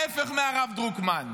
ההפך מהרב דרוקמן.